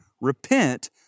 Repent